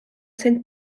saint